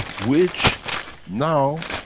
which now,